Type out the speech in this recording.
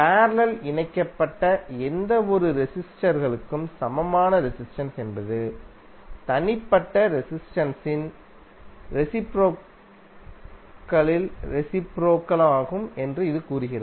parallel இணைக்கப்பட்ட எந்தவொரு resistor களுக்கும் சமமான ரெசிஸ்டென்ஸ் என்பது தனிப்பட்ட ரெசிஸ்டென்ஸ் இன் ரெசிப்ரோகல் த்தின் ரெசிப்ரோகல் மாகும் என்று இது கூறுகிறது